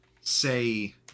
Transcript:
say